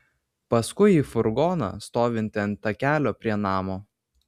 paskui į furgoną stovintį ant takelio prie namo